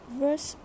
verse